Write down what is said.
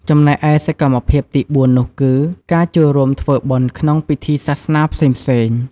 ចំណែកឯសកម្មភាពទីបួណនោះគឺ កាចូលរួមធ្វើបុណ្យក្នុងពិធីសាសនាផ្សេងៗ។